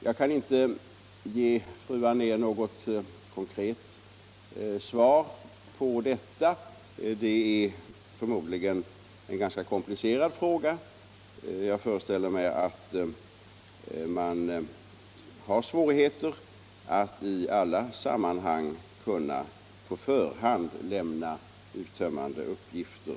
Jag kan inte ge fru Anér något konkret svar på den punkten; det är förmodligen en ganska komplicerad fråga, och jag föreställer mig att man har svårt att i alla sammanhang på förhand lämna uttömmande uppgifter.